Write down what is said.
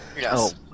Yes